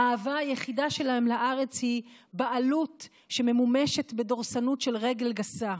האהבה היחידה שלהם לארץ היא בעלות שממומשת בדורסנות של רגל גסה.